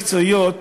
מקצועיות,